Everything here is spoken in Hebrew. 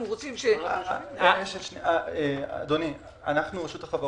אנחנו רשות החברות.